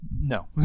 no